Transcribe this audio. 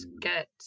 get